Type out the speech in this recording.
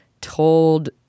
told